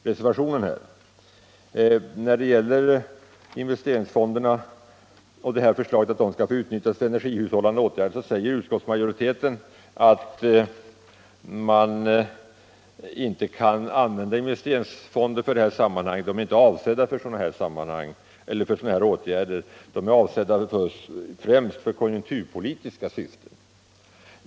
Beträffande förslaget att investeringsfondernas medel skall få utnyttjas för energihushållande åtgärder säger utskottsmajoriteten att man inte kan använda investeringsfonder i sådana sammanhang — de är avsedda främst för konjunkturpolitiska syften.